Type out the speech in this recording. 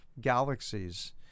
galaxies